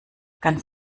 ganz